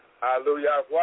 Hallelujah